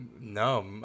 No